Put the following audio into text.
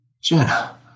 Jenna